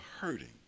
hurting